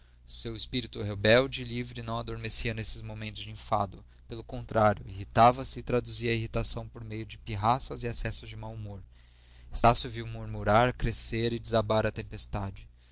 seu espírito rebelde e livre não adormecia nesses momentos de enfado pelo contrário irritava se e traduzia a irritação por meio de pirraças e acessos de mau humor estácio viu murmurar crescer e desabar a tempestade